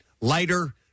Lighter